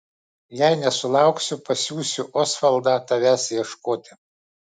jei nesulauksiu pasiųsiu osvaldą tavęs ieškoti